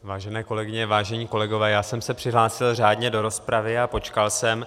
Vážené kolegyně, vážení kolegové, já jsem se přihlásil řádně do rozpravy a počkal jsem.